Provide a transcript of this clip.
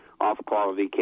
off-quality